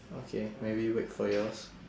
okay maybe wait for yours